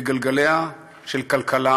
בגלגליה של כלכלה